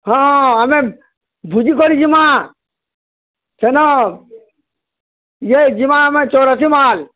ହଁ ଆମେ ଭୁଜିକରି ଯିମାଁ ସେନ ୟେ ଯିମାଁ ଆମେ ଚରଚିମାଲ୍